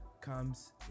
comes